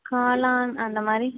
காளான் அந்த மாதிரி